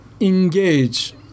engage